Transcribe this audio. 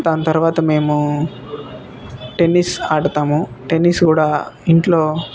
దాని తర్వాత మేము టెన్నీస్ ఆడతాము టెన్నీస్ కూడా ఇంట్లో